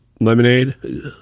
lemonade